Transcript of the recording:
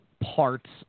parts